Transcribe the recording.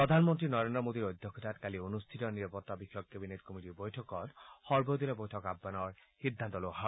প্ৰধানমন্ত্ৰী নৰেন্দ্ৰ মোদীৰ অধ্যক্ষতাত কালি অনুষ্ঠিত নিৰাপত্তা বিষয়ক কেবিনেট কমিটীৰ বৈঠকত সৰ্বদলীয় বৈঠক আহ্বানৰ সিদ্ধান্ত লোৱা হয়